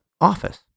office